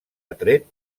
atret